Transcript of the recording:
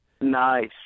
Nice